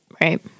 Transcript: Right